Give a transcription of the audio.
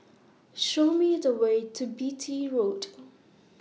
Show Me The Way to Beatty Road